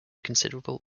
considerable